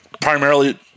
primarily